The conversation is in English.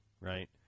right